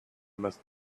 must